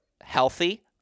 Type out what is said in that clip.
healthy